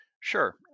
Sure